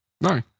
No